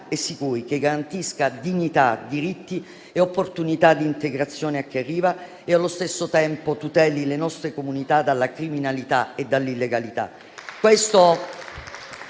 e sicuri, garantisca dignità, diritti e opportunità di integrazione a chi arriva e, allo stesso tempo, tuteli le nostre comunità dalla criminalità e dall'illegalità.